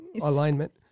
alignment